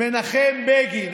מנחם בגין.